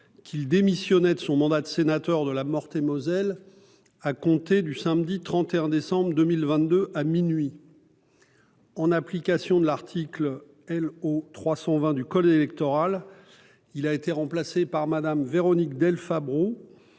qu'il démissionnait de son mandat de sénateur de la Meurthe-et-Moselle à compter du samedi 31 décembre 2022 à minuit. En application de l'article L.O. 320 du code électoral, il a été remplacé par Mme Véronique Del Fabro,